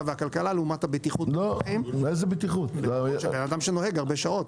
וכלכלה לעומת הבטיחות אדם שנוהג הרבה שעות.